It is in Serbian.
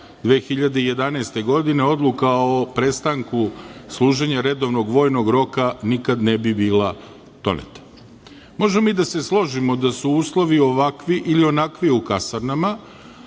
2011. godine odluka o prestanku služenja redovnog vojnog roka nikada ne bi bila doneta. Možemo mi da se složimo da su uslovi ovakvi ili onakvi u kasarnama,